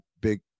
Big